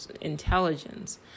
intelligence